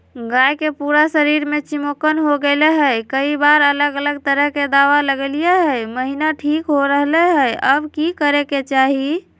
गाय के पूरा शरीर में चिमोकन हो गेलै है, कई बार अलग अलग तरह के दवा ल्गैलिए है महिना ठीक हो रहले है, अब की करे के चाही?